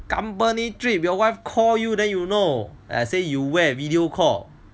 company trip your wife call you then you know say you where video call